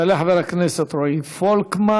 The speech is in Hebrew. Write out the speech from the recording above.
יעלה חבר הכנסת רועי פולקמן,